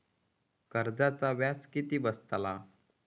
कर्जाचा व्याज किती बसतला?